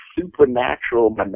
supernatural